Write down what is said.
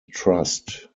trust